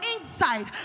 inside